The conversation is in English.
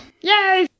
Yay